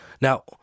Now